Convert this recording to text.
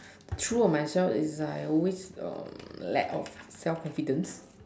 true of myself is I always um lack of self confidence